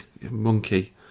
Monkey